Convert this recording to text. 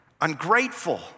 ungrateful